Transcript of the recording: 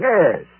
Yes